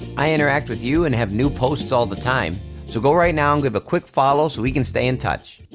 i interact with you and have new posts all the time so go right now and give a quick follow so we can stay in touch,